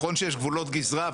נכון שיש גבולות גזרה,